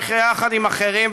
יחד עם אחרים,